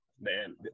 Man